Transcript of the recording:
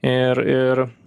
ir ir